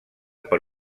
per